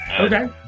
Okay